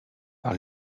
par